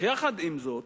עם זאת,